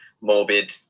morbid